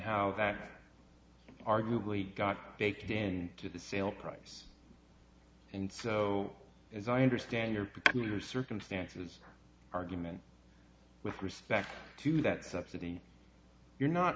how that arguably got baked in to the sale price and so as i understand your particular circumstances argument with respect to that subsidy you're not